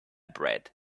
bread